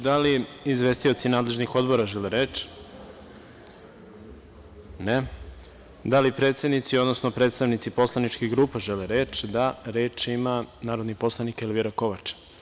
Da li izvestioci nadležnih odbora žele reč? (Ne.) Da li predsednici, odnosno predstavnici poslaničkih grupa žele reč? (Da.) Reč ima narodni poslanik Elvira Kovač.